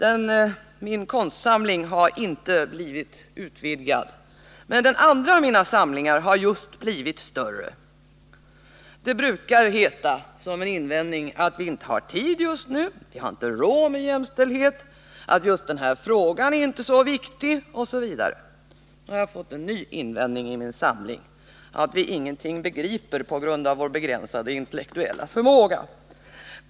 Min konstsamling har inte blivit utvidgad, men den andra av mina samlingar har just blivit större. Det brukar heta som en invändning att vi just nu inte har tid eller råd med jämställdhet, att den här frågan inte är så viktig osv. Nu har jag fått en ny invändning i min samling, att vi ingenting begriper på grund av ”vår begränsade intellektuella förmåga”.